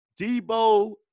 Debo